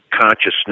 consciousness